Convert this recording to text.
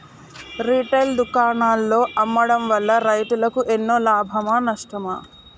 Retail దుకాణాల్లో అమ్మడం వల్ల రైతులకు ఎన్నో లాభమా నష్టమా?